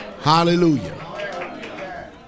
Hallelujah